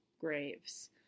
graves